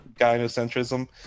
gynocentrism